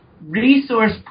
resource